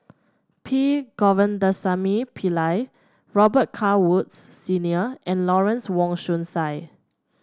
P Govindasamy Pillai Robet Carr Woods Senior and Lawrence Wong Shyun Tsai